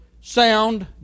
sound